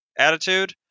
attitude